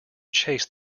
chase